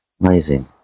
amazing